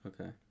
okay